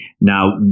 Now